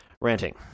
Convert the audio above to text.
ranting